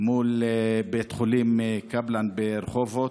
מול בית חולים קפלן ברחובות,